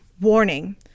warning